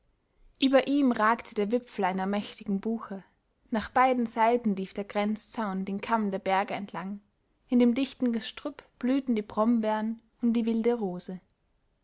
über ihm ragte der wipfel einer mächtigen buche nach beiden seiten lief der grenzzaun den kamm der berge entlang in dem dichten gestrüpp blühten die brombeeren und die wilde rose